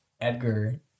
Edgar